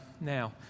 now